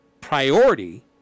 priority